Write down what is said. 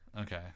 Okay